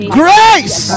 grace